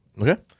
Okay